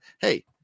hey